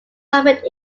perfect